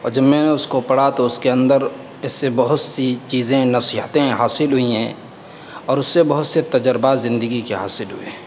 اور جب میں نے اس کو پڑھا تو اس کے اندر اس سے بہت سی چیزیں نصیحتیں حاصل ہوئی ہیں اور اس سے بہت سے تجربات زندگی کے حاصل ہوئے ہیں